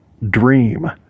Dream